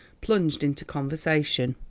plunged into conversation.